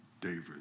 David